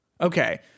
Okay